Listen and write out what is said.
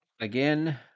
Again